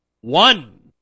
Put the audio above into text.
One